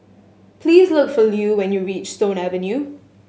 please look for Lue when you reach Stone Avenue